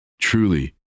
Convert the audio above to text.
truly